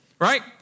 Right